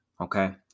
Okay